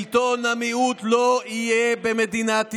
שלטון המיעוט לא יהיה במדינת ישראל.